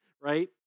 right